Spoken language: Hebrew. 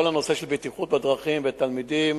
כל הנושא של בטיחות בדרכים ותלמידים,